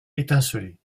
étincelait